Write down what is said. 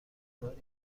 مقداری